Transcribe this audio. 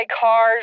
car's